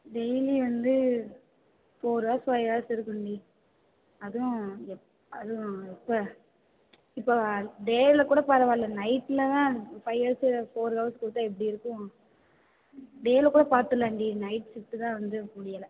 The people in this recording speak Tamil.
டெய்லி வந்து ஃபோர் ஹார்ஸ் ஃபைவ் ஹார்ஸ் இருக்கும்டி அதுவும் எப் அதுவும் எப்போ இப்போ டேவ்வில்க்கூட பரவாயில்ல நைட்டில் தான் ஃபைவ் ஹார்ஸ்ஸு இல்லை ஃபோர் ஹார்ஸ் கொடுத்தா எப்படி இருக்கும் டேவ்வில்க்கூட பார்த்துறலாம்டி நைட் ஷிஃப்ட்டு தான் வந்து முடியலை